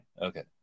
Okay